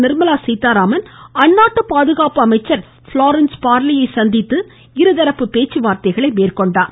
நிர்மலா சீத்தாராமன் அந்நாட்டு பாதுகாப்பு அமைச்சர் பிளாரன்ஸ் பார்லியை சந்தித்து இருதரப்பு பேச்சுவார்த்தைகளை மேற்கொண்டார்